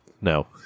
No